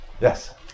Yes